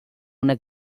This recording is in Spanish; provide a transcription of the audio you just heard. una